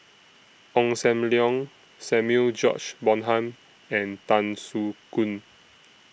Ong SAM Leong Samuel George Bonham and Tan Soo Khoon